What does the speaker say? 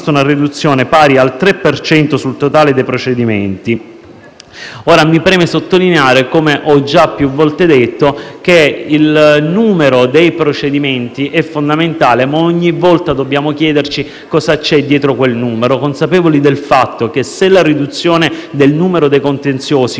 una riduzione pari al 3 per cento sul totale dei procedimenti. Ora mi preme sottolineare - come ho già più volte detto - che il numero dei procedimenti è fondamentale, ma ogni volta dobbiamo chiederci cosa c'è dietro esso, consapevoli del fatto che, se la riduzione del numero dei contenziosi